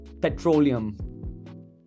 petroleum